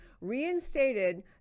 reinstated